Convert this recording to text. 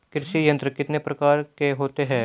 कृषि यंत्र कितने प्रकार के होते हैं?